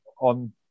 on